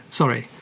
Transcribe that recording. sorry